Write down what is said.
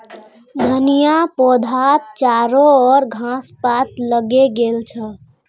धनिया पौधात चारो ओर घास पात उगे गेल छ